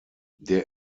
der